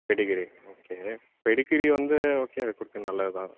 Pedigree okay Pedigree வந்து okay அது கொடுக்குறது நல்லது தான்